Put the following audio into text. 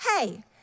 Hey